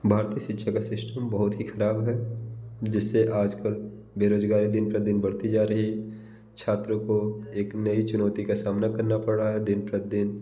भारतीय शिक्षा का सिस्टम बहुत ही ख़राब है जिससे आज कल बेरोज़गारी दिन प्रतिदिन बढ़ती जा रही है छात्रों को एक नई चुनौती का सामना करना पड़ रहा है दिन प्रतिदिन